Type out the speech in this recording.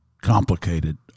complicated